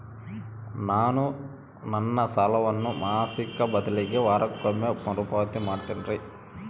ನಾನು ನನ್ನ ಸಾಲವನ್ನು ಮಾಸಿಕ ಬದಲಿಗೆ ವಾರಕ್ಕೊಮ್ಮೆ ಮರುಪಾವತಿ ಮಾಡ್ತಿನ್ರಿ